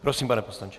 Prosím, pane poslanče.